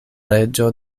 reĝo